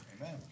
Amen